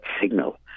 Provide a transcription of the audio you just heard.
signal